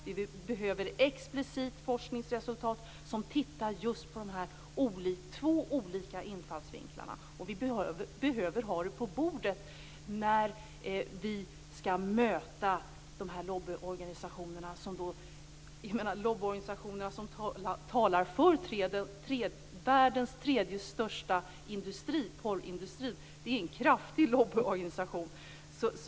Vi behöver explicita forskningsresultat om just de här två olika infallsvinklarna, och vi behöver ha dem på bordet när vi skall möta de lobbyorganisationer som talar för världens tredje största industri, porrindustrin. Det är kraftiga lobbyorganisationer.